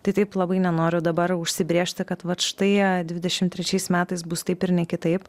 tai taip labai nenoriu dabar užsibrėžti kad vat štai dvidešim trečiais metais bus taip ir ne kitaip